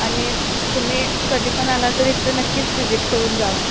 आणि तुम्ही कधी पण आला तर इथं नक्कीच व्हिजिट करून जा